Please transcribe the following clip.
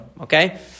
Okay